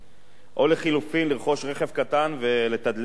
או לחלופין לרכוש רכב קטן ולתדלק בבנזין,